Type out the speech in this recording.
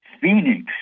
Phoenix